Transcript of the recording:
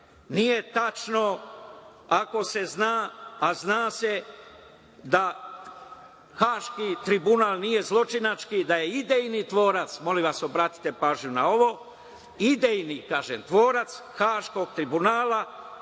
tačno, ako se zna, a zna se, da Haški tribunal nije zločinački, da je idejni tvorac, molim vas obratite pažnju na ovo, idejni tvorac Haškog tribunala,